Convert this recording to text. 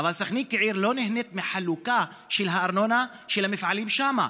סח'נין כעיר לא נהנית מהחלוקה של הארנונה של המפעלים שם.